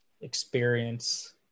experience